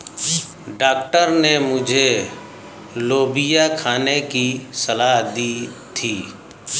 doctor ने मुझे लोबिया खाने की सलाह दी थी